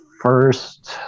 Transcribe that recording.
first